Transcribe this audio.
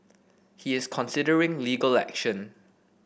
he is considering legal action